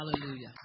Hallelujah